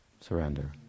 surrender